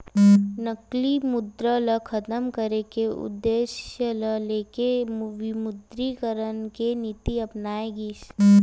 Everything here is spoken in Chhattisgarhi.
नकली मुद्रा ल खतम करे के उद्देश्य ल लेके विमुद्रीकरन के नीति अपनाए गिस